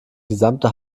gesamte